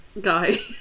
Guy